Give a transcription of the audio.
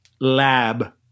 lab